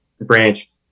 branch